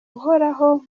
uhoraho